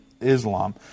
Islam